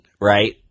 right